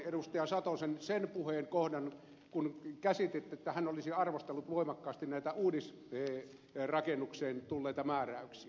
satosen sen puheen kohdan kun käsititte että hän olisi arvostellut voimakkaasti näitä uudisrakennuksiin tulleita määräyksiä